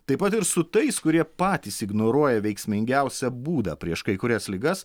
taip pat ir su tais kurie patys ignoruoja veiksmingiausią būdą prieš kai kurias ligas